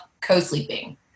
co-sleeping